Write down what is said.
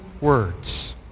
words